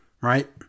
right